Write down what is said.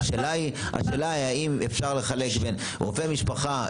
השאלה היא האם אפשר לחלק בין רופא משפחה,